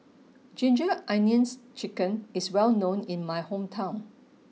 ginger onions chicken is well known in my hometown